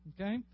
Okay